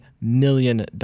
million